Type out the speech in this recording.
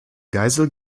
geisel